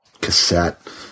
cassette